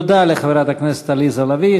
תודה לחברת הכנסת עליזה לביא.